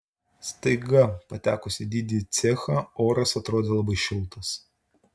staiga patekus į didįjį cechą oras atrodė labai šiltas